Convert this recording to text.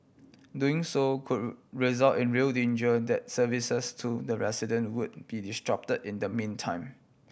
doing so could result in real danger that services to the resident would be disrupt in the meantime